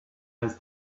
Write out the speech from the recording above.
his